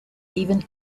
even